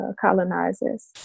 colonizers